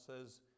says